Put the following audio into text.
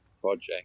project